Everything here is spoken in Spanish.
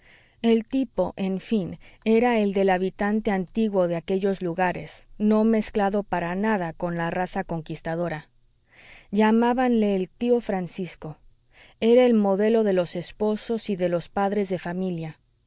el tipo en fin era el del habitante antiguo de aquellos lugares no mezclado para nada con la raza conquistadora llamábanle el tío francisco era el modelo de los esposos y de los padres de familia